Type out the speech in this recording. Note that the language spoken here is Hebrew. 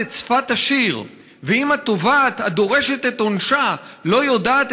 את שפת השיר / ואם התובעת הדורשת את עונשה / לא יודעת